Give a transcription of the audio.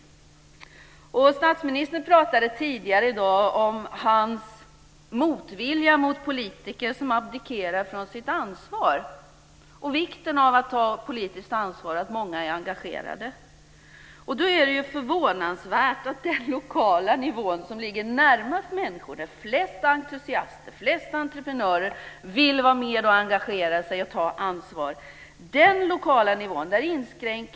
Statsministern talade tidigare i dag om sin motvilja mot politiker som abdikerar från sitt ansvar och om vikten av att ta politiskt ansvar, att många är engagerade. Då är det förvånansvärt att man hela tiden inskränker möjligheten att besluta på den lokala nivån, som ligger närmast människor och där flest entusiaster och flest entreprenörer vill vara med och engagera sig och ta ansvar.